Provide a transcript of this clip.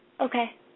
Okay